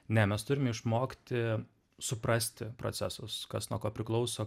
ne mes turime išmokti suprasti procesus kas nuo ko priklauso